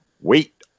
wait